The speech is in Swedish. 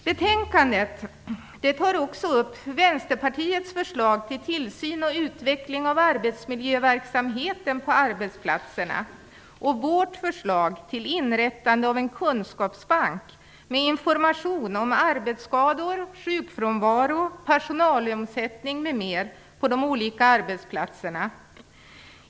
Betänkandet tar också upp Vänsterpartiets förslag om tillsyn och utveckling av arbetsmiljöverksamheten på arbetsplatserna och vårt förslag till inrättande av en kunskapsbank med information om arbetsskador, sjukfrånvaro, personalomsättning, m.m. på de olika arbetsplatserna.